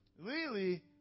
Lily